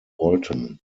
wollten